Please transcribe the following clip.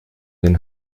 den